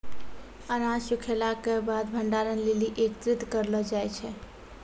अनाज सूखैला क बाद भंडारण लेलि एकत्रित करलो जाय छै?